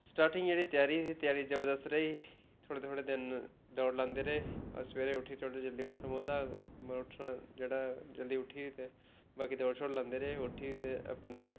starting एह्दी त्यारी ही त्यारी जबरदस्त रेही थोह्ड़ थोह्ड़े दिन दौड़ लांदे रेह् सबेरे जल्दी उट्ठी सबेरे थोह्ड़ा जल्दी उट्ठना पौंदा हा मतलब उट्ठना जेह्ड़ा जल्दी उट्ठी ते बाकी दौड़ शौड लांदे रेह् उट्ठी ते अपने